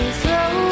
throw